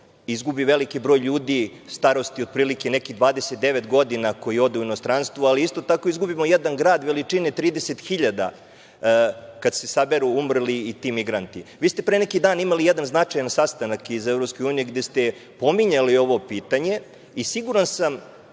izgubi veliki broj ljudi starosti otprilike nekih 29 godina, koji odu u inostranstvo, ali isto tako izgubimo jedan grad veličine 300.000 kad se saberu umrli i ti migranti. Vi ste pre neki dan imali jedan značajan sastanak iz EU gde ste pominjali ovo pitanje i siguran sam